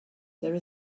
there